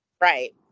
Right